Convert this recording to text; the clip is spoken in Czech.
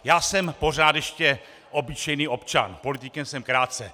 Já jsem pořád ještě obyčejný občan, politikem jsem krátce.